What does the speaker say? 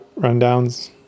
rundowns